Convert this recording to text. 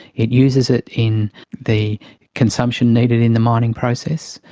it uses it in the consumption needed in the mining process,